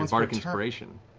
and bardic inspiration?